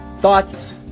thoughts